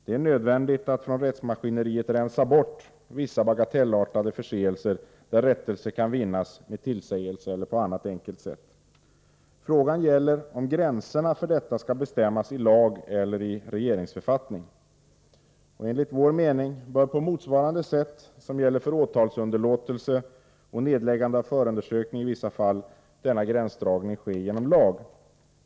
Det är nödvändigt att från rättsmaskineriet rensa bort vissa bagatellartade förseelser för vilka rättelse kan vinnas genom tillsägelse eller på annat enkelt sätt. Frågan gäller om gränserna för dessa skall bestämmas i lag eller i regeringsförfattning. Enligt vår mening bör på motsvarande sätt som gäller för åtalsunderlåtelse och nedläggande av förundersökning i vissa fall denna gränsdragning ske genom lag.